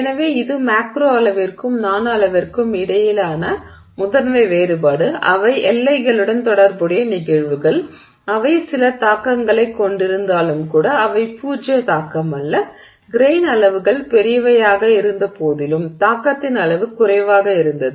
எனவே இது மேக்ரோ அளவிற்கும் நானோ அளவிற்கும் இடையிலான முதன்மை வேறுபாடு அவை எல்லைகளுடன் தொடர்புடைய நிகழ்வுகள் அவை சில தாக்கங்களைக் கொண்டிருந்தாலும் கூட அவை பூஜ்ஜிய தாக்கமல்ல கிரெய்ன் அளவுகள் பெரியவையாக இருந்தபோதும் தாக்கத்தின் அளவு குறைவாக இருந்தது